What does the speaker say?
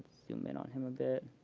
zoom in on him a bit.